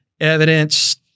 evidence